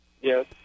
Yes